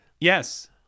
Yes